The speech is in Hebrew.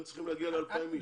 הם צריכים להגיע ל-2,000 אנשים.